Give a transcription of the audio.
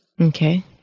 Okay